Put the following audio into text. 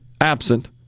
absent